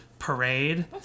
Parade